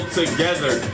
together